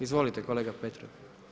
Izvolite kolega Petrov.